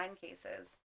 cases